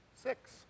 Six